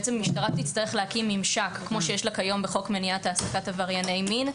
המשטרה תצטרך להקים ממשק כמו שיש לה כיום בחוק מניעת העסקת עברייני מין.